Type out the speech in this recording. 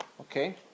Okay